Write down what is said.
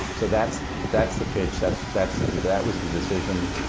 so that's that's the pitch. that's that's that was the decision